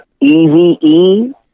EVE